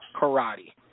karate